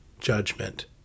judgment